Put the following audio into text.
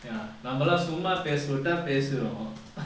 ya நம்மலா சும்மா பேச விட்டா பேசுவம்:nammala summa pesa vitta pesuvam